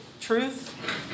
truth